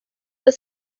was